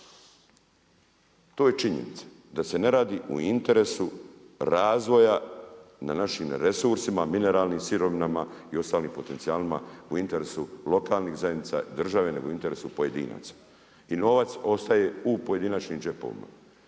To je činjenica da se ne radi u interesu razvoja na našim resursima mineralnim sirovinama i ostalim potencijalima u interesu lokalnih zajednica, države nego u interesu pojedinaca i novac ostaje u pojedinačnim džepovima.